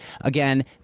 Again